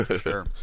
Sure